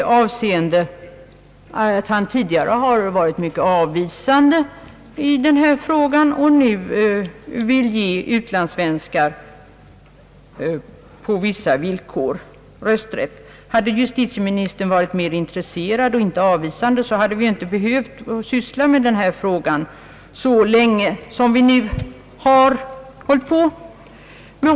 Han har tidigare varit mycket avvisande i den här frågan och vill nu ge utlandssvenskarna rösträtt på vissa villkor. Hade justitieministern varit mera intresserad och inte avvisande, hade vi inte behövt syssla med denna fråga så länge som vi nu har gjort.